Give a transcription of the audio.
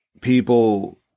people